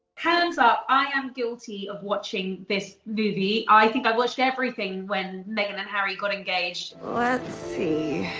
hands up, i am guilty of watching this movie. i think i watched everything when meghan and harry got engaged. let's see.